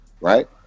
right